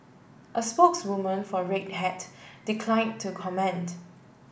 a spokeswoman for Red Hat declined to comment